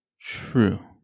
True